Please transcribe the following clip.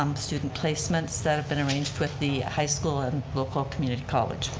um student placements that have been arranged with the high school and local community college.